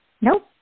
Nope